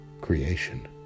creation